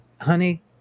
honey